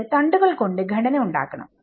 എന്നിട്ട് തണ്ടുകൾ കൊണ്ട് ഘടന ഉണ്ടാക്കണം